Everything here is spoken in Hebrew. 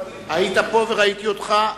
היית פה, וראיתי אותך.